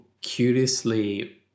curiously